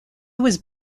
was